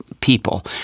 people